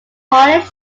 polish